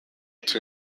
two